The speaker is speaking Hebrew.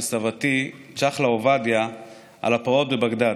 סבתי צ'חלה עובדיה על הפרעות בבגדאד,